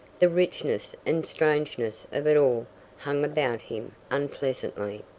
the richness and strangeness of it all hung about him unpleasantly.